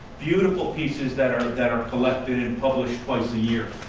beautiful pieces that are that are collected and published twice a year.